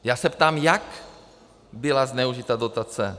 Já se ptám, jak byla zneužita dotace?